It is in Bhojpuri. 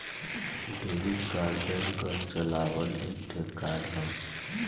डेबिट कार्ड बैंक क चलावल एक ठे कार्ड हौ